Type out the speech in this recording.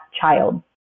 child